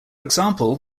example